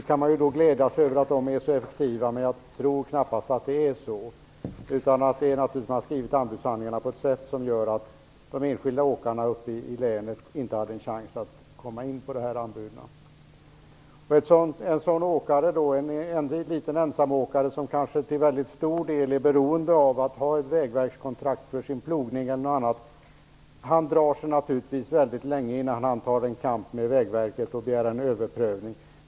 Man kan ju glädja sig över att de är så effektiva, men jag tror knappast att det är så. Man har naturligtvis skrivit anbudshandlingarna på ett sådant sätt att de enskilda åkarna i länet inte hade en chans att komma in på dessa upphandlingar. En liten ensamåkare, som kanske till mycket stor del är beroende av att ha ett Vägverksprojekt för sin plogning eller något annat, drar sig naturligtvis väldigt länge innan han tar upp en kamp med Vägverket och begär en överprövning.